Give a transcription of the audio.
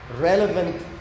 relevant